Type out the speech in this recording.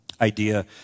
idea